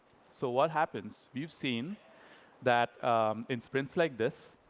so what happens? you've seen that in sprints like this,